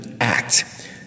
act